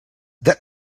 that